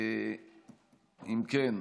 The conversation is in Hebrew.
אם כן,